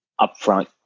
upfront